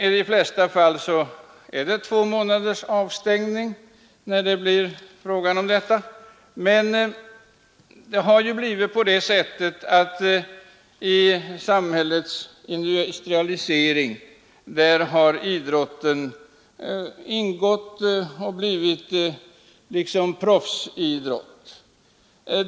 I de flesta fall gäller avstängningen två månader. Men i det industrialiserade samhället har idrotten utvecklats till ett slags proffsidrott.